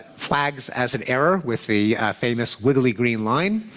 flags as an error with the famous wiggly green line.